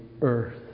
earth